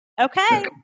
Okay